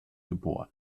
geboren